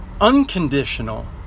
unconditional